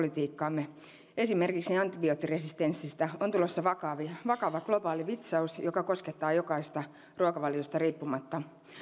oleellinen osa turvallisuuspolitiikkamme esimerkiksi antibioottiresistenssistä on tulossa vakava globaali vitsaus joka koskettaa jokaista ruokavaliosta riippumatta